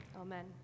amen